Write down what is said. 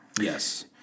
Yes